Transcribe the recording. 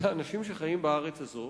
לאנשים שחיים בארץ הזאת,